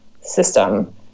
system